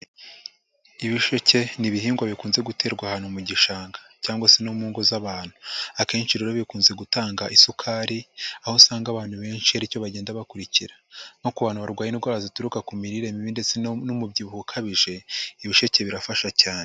Ibisheke ni ibihingwa bikunze guterwa ahantu mu gishanga cyangwa se no mu ngo z'abantu. Akenshi rero bikunze gutanga isukari, aho usanga abantu benshi aricyo bagenda bakurikira, nko ku bantu barwaye indwara zituruka ku mirire mibi ndetse n'umubyibuho ukabije, ibisheke birafasha cyane.